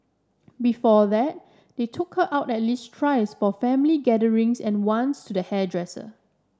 before that they took her out at least thrice for family gatherings and once to the hairdresser